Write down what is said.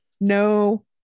no